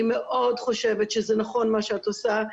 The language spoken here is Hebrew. אני מאוד חושבת שזה נכון מה שאת עושה,